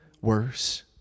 worse